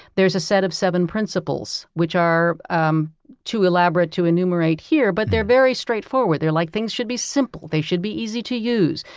there's a set of seven principles which are um too elaborate to enumerate here, but they're very straightforward. like, things should be simple. they should be easy to use.